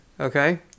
Okay